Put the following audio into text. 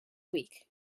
week